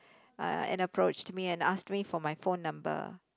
uh and approached me and ask me for my phone number